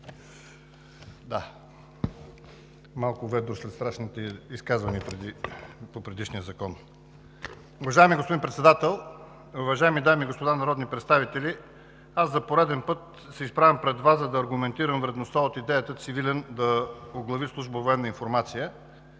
Малко ведро след страшните изказвания по предишния закон. Уважаеми господин Председател, уважаеми дами и господа народни представители! Аз за пореден път се изправям пред Вас, за да аргументирам вредността от идеята цивилен да оглави Служба „Военна информация“.